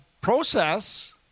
process